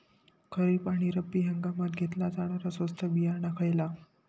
खरीप आणि रब्बी हंगामात घेतला जाणारा स्वस्त बियाणा खयला?